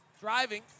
Driving